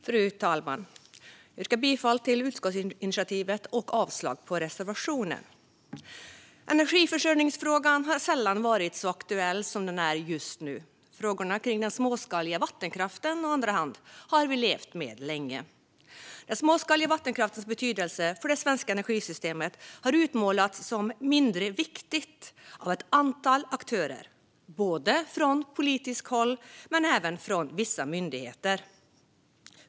Fru talman! Jag yrkar bifall till utskottsinitiativet och avslag på reservationen. Energiförsörjningsfrågan har sällan varit så aktuell som den är just nu. Frågorna om den småskaliga vattenkraften har vi dock levt med länge. Den småskaliga vattenkraftens betydelse för det svenska energisystemet har utmålats som mindre viktig av ett antal aktörer, både från politiskt håll och av vissa myndigheter.